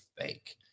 fake